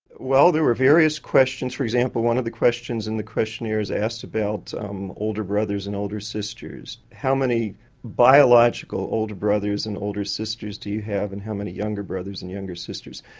well there are various questions for example one of the questions in the questionnaire is asked about um older brothers and older sisters. how many biological older brothers and older sisters do you have and how many younger brothers and younger sisters?